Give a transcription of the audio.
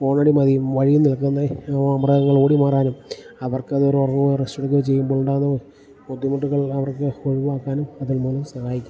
ഹോണടി മതി വഴിയിൽ നിൽക്കുന്ന മൃഗങ്ങളോടി മാറാനും അവർക്കതൊരു ഉറങ്ങുകയോ റെസ്റ്റ് എടുക്കുകയോ ചെയ്യുമ്പോളുണ്ടാകുന്ന ബുദ്ധിമുട്ടുകൾ അവർക്ക് ഒഴിവാക്കാനും അതിൽ മൂലം സഹായിക്കും